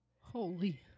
Holy